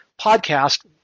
podcast